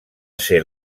ser